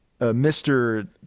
Mr